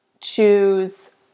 choose